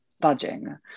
budging